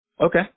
Okay